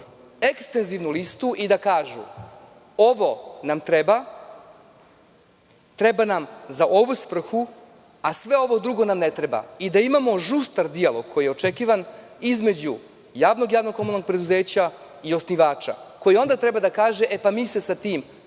ekstenzivnu listu i da kažu – ovo nam treba, treba nam za ovu svrhu, a sve ovo drugo nam ne treba, i da imamo žustar dijalog koji je očekivan između javnog javnog komunalnog preduzeća i osnivača, koji onda treba da kaže – mi se sa tim